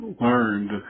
Learned